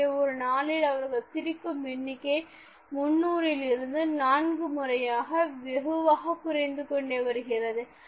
எனவே ஒரு நாளில் அவர்கள் சிரிக்கும் எண்ணிக்கை 300 லிருந்து நான்கு முறையாக வெகுவாக குறைந்து கொண்டே வருகிறது